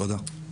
תודה.